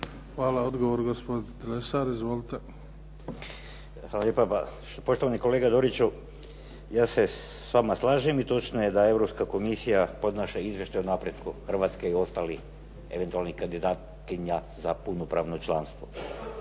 **Lesar, Dragutin (Nezavisni)** Hvala lijepa. Pa poštovani kolega Doriću, ja se s vama slažem i točno je da je Europska komisija podnaša izvještaj o napretku Hrvatske i ostalih eventualnih kandidatkinja za punopravno članstvo.